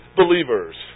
believers